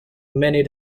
many